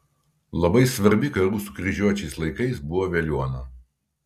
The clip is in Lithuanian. labai svarbi karų su kryžiuočiais laikais buvo veliuona